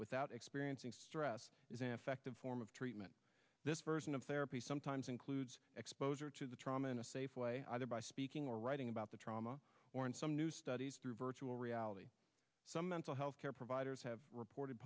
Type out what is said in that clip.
without experiencing stress is an effective form of treatment this version of therapy sometimes includes exposure to the trauma in a safe way either by speaking or writing about the trauma or in some new studies through virtual reality some mental health care providers have reported